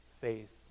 faith